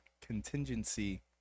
contingency